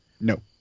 No